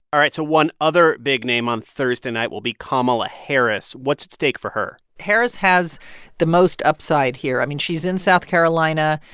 all right. so one other big name on thursday night will be kamala harris. what's at stake for her? harris has the most upside here. i mean, she's in south carolina.